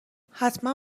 حتما